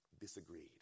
disagreed